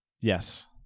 Yes